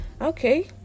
okay